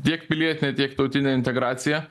tiek pilietinę tiek tautinę integraciją